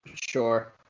Sure